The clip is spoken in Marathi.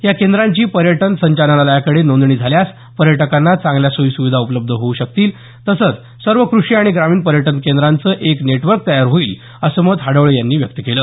या केंद्रांची पर्यटन संचालनालयाकडे नोंदणी झाल्यास पर्यटकांना चांगल्या सोयी सुविधा उपलब्ध होऊ शकतील तसंच सर्व कृषी आणि ग्रामीण पर्यटन केंद्रांचं एक नेटवर्क तयार होईल असं मत हाडवळे यांनी व्यक्त केलं